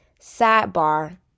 Sidebar